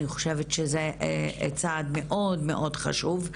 אני חושבת שזה צעד מאוד מאוד חשוב.